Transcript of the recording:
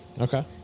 Okay